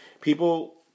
People